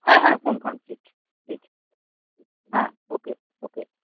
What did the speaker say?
হ্যাঁ হ্যাঁ কনফার্ম ঠিক ঠিক হ্যাঁ ওকে ওকে